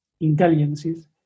intelligences